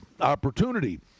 opportunity